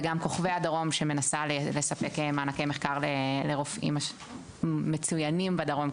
וגם כוכבי הדרום שמנסה לספק מענקי מחקר לרופאים מצוינים בדרום,